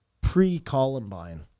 pre-Columbine